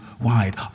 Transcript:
wide